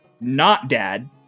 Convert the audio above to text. not-dad